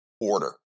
order